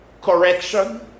correction